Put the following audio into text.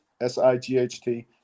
S-I-G-H-T